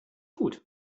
gut